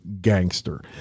gangster